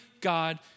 God